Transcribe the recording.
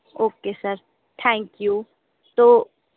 okay sir thank you तो